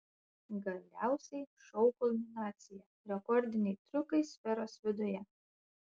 galiausiai šou kulminacija rekordiniai triukai sferos viduje